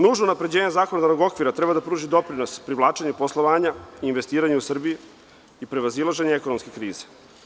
Nužno unapređenje zakonodavnog okvira treba da pruži doprinos privlačenju poslovanja i investiranja u Srbiji, kao i prevazilaženje ekonomske krize.